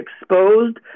exposed